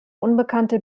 unbekannte